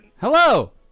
Hello